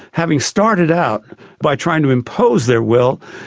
having started out by trying to impose their will,